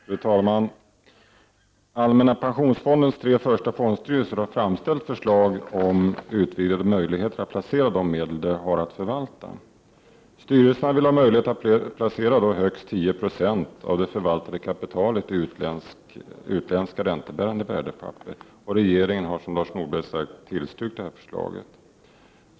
Fru talman! Allmänna pensionsfondens tre första fondstyrelser har framställt förslag om utvidgade möjligheter att placera de medel de har att förvalta. Styrelserna vill ha möjlighet att placera högst 10 96 av det förvaltade kapitalet i utländska räntebärande värdepapper. Regeringen har tillstyrkt förslaget, som Lars Norberg sade.